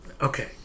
Okay